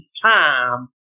time